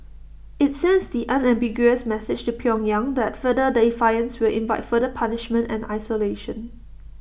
IT sends the unambiguous message to pyongyang that further defiance will invite further punishment and isolation